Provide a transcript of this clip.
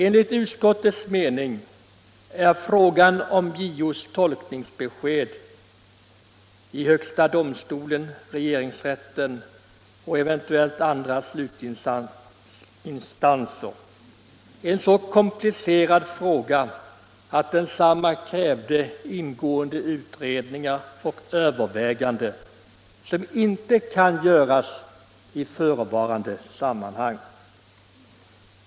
Enligt utskottets mening är frågan om JO:s tolkningsbesked i högsta domstolen, regeringsrätten och eventuellt andra slutinstanser så komplicerad att den kräver ingående utredningar och överväganden, som inte kan göras i förevarande sammanhang.